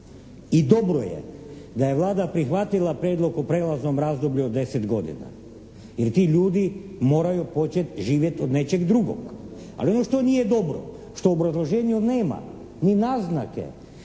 I dobro je da je Vlada prihvatila Prijedlog o prijelaznom razdoblju od 10 godina, jer ti ljudi moraju početi živjeti od nečeg drugog. Ali ono što nije dobro, što u obrazloženju nema ni naznake